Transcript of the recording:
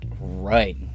Right